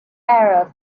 arab